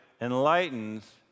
enlightens